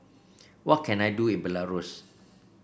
what can I do in Belarus